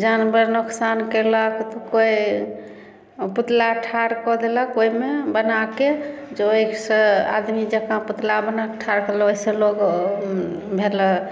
जानबर नोकसान केलक तऽ कोइ पुतला ठाढ़ कऽ देलक ओहिमे बनाके जे ओहिसे आदमी जकाँ पुतला